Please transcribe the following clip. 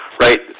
right